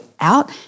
out